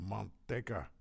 Manteca